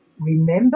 Remember